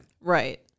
Right